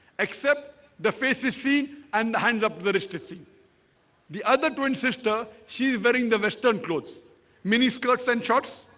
except the faceless fee and hangs up very stressing the other twin sister she is very in the western clothes miniskirts and shots